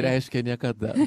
reiškia niekada